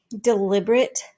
deliberate